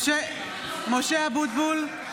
(קוראת בשמות חברי הכנסת) משה אבוטבול,